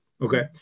Okay